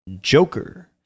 Joker